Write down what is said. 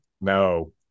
No